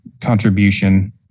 contribution